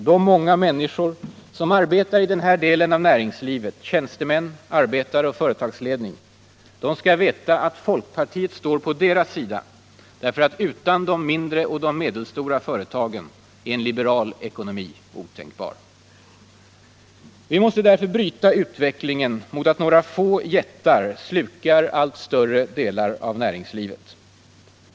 De många människor som arbetar i den här delen av näringslivet — tjänstemän, arbetare och företagsledning — skall veta att folkpartiet står på deras sida därför att utan de mindre och de medelstora företagen är en liberal ekonomi otänkbar. Vi måste därför bryta utvecklingen i riktning mot att några få jättar slukar allt större delar av näringslivet.